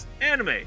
anime